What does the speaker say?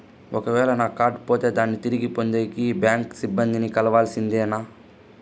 ఒక వేల నా కార్డు పోతే దాన్ని తిరిగి పొందేకి, బ్యాంకు సిబ్బంది ని కలవాల్సిందేనా?